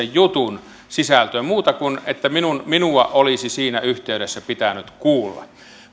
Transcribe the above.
jutun sisältöön muuta kuin että minua olisi siinä yhteydessä pitänyt kuulla